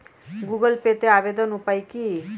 Google পেতে আবেদনের উপায় কি?